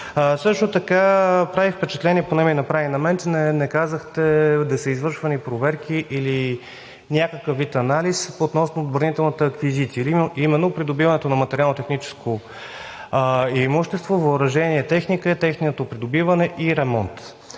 Също така прави впечатление, поне ми направи на мен, че не казахте да са извършвани проверки или някакъв вид анализ относно отбранителната аквизиция, именно придобиването на материално-техническо имущество, въоръжение и техника, тяхното придобиване и ремонт